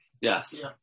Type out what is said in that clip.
Yes